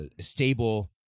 stable